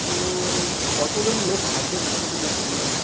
মাংসর কতজন লোক থাকবে মোটামোটি বলতে পারবে